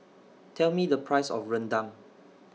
Tell Me The Price of Rendang